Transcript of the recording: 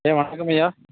ஐயா வணக்கங்கய்யா